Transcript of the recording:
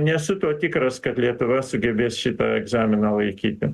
nesu tuo tikras kad lietuva sugebės šitą egzaminą laikyti